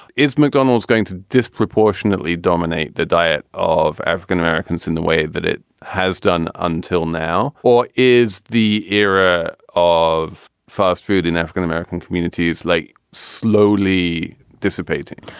is mcdonald's going to disproportionately dominate the diet of african-americans in the way that it has done until now? now? or is the era of fast food in african-american communities like slowly dissipating?